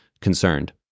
concerned